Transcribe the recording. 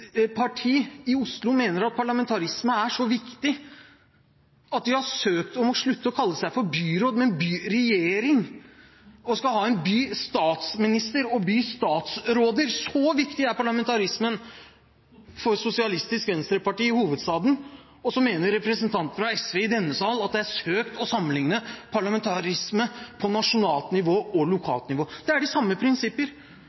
parti i Oslo mener at parlamentarisme er så viktig at de har søkt om å få slutte å kalle seg for byråd, men heller byregjering, og skal ha en bystatsminister og bystatsråder – så viktig er parlamentarismen for Sosialistisk Venstreparti i hovedstaden, og så mener representanten fra SV i denne sal at det er søkt å sammenligne parlamentarisme på nasjonalt nivå og lokalt nivå. Det er de samme prinsipper.